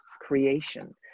creation